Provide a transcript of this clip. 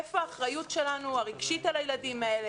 איפה האחריות שלנו הנפשית הרגשית על הילדים האלה?